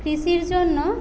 কৃষির জন্য